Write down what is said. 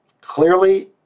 Clearly